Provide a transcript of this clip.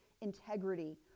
integrity